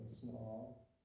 small